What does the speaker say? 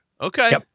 Okay